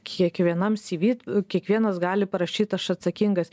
kiekvienam cv kiekvienas gali parašyt aš atsakingas